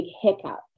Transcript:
hiccup